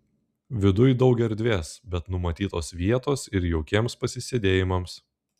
viduj daug erdvės bet numatytos vietos ir jaukiems pasisėdėjimams